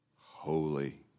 holy